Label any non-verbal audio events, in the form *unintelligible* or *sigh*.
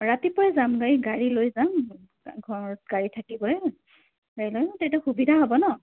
ৰাতিপুৱাই যাম গাড়ী গাড়ী লৈ যাম ঘৰত গাড়ী থাকিবই *unintelligible* তেতিয়া সুবিধা হ'ব নহ্